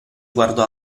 guardò